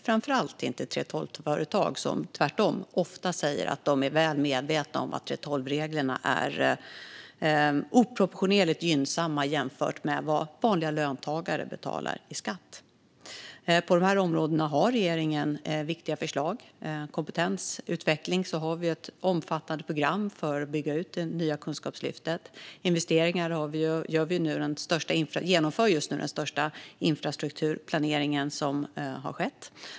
Framför allt gäller detta 3:12-företag, som tvärtom ofta säger att de är väl medvetna om att 3:12-reglerna är oproportionerligt gynnsamma jämfört med vad vanliga löntagare betalar i skatt. På dessa områden har regeringen viktiga förslag. När det gäller kompetensutveckling har vi ett omfattande program för att bygga ut det nya kunskapslyftet. När det gäller investeringar genomför vi just nu den största infrastrukturplanering som har skett.